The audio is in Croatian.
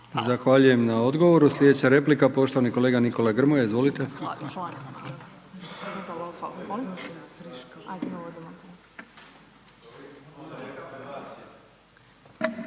Zahvaljujem na odgovoru. Sljedeća replika poštovani kolega Nikola Grmoja. Izvolite.